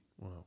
Wow